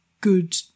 good